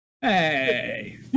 Hey